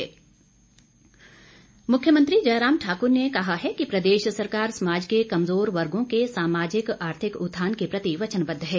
मुख्यमंत्री मुख्यमंत्री जयराम ठाकुर ने कहा है कि प्रदेश सरकार समाज के कमजोर वर्गो के सामाजिक आर्थिक उत्थान के प्रति वचनबद्व है